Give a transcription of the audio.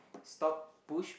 stop push